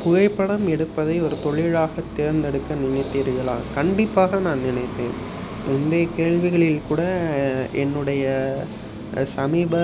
புகைப்படம் எடுப்பதை ஒரு தொழிலாக தேர்ந்தெடுக்க நினைத்தீர்களா கண்டிப்பாக நான் நினைத்தேன் முந்திய கேள்விகளில் கூட என்னுடைய சமீப